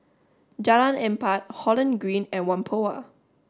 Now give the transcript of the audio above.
Jalan Empat Holland Green and Whampoa